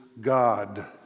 God